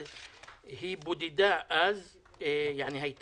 אבל היא הייתה אז בבידוד,